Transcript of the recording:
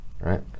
right